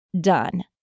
done